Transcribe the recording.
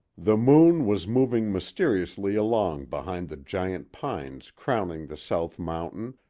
the moon was moving mysteriously along behind the giant pines crowning the south mountain,